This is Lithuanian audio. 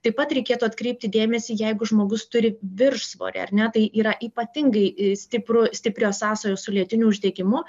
taip pat reikėtų atkreipti dėmesį jeigu žmogus turi viršsvorį ar ne tai yra ypatingai stipru stiprios sąsajos su lėtiniu uždegimu